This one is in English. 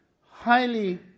highly